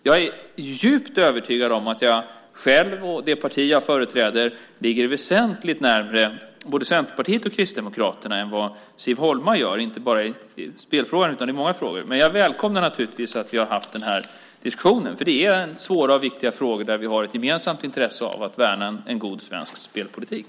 Jag är djupt övertygad om att jag själv och det parti som jag företräder ligger väsentligt närmare både Centerpartiet och Kristdemokraterna än vad Siv Holma gör, inte bara i spelfrågan utan i många frågor. Men jag välkomnar naturligtvis att vi har haft denna diskussion för det är svåra och viktiga frågor där vi har ett gemensamt intresse i att värna en god svensk spelpolitik.